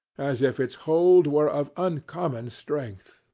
as if its hold were of uncommon strength.